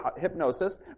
hypnosis